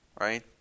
right